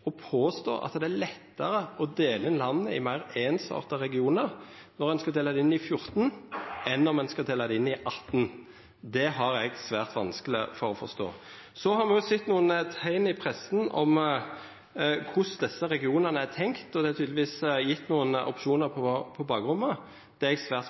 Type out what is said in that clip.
å påstå at det er lettare å dela inn landet i meir einsarta regionar når ein skal dela dei inn i 14, enn om ein skal dela det inn i 18. Det har eg svært vanskeleg for å forstå. Så har me sett nokre teikn i pressa om korleis desse regionane er tenkte, og det er tydelegvis gjeve nokre opsjonar på bakrommet. Det er eg svært